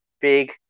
Big